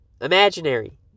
imaginary